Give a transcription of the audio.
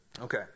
Okay